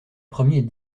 premier